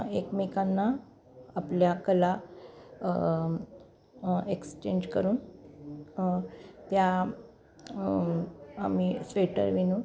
एकमेकांना आपल्या कला एक्सचेंज करून त्या आम्ही स्वेटर विणून